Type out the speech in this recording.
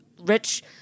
rich